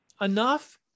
enough